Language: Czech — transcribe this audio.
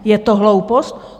Je to hloupost?